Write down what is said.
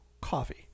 coffee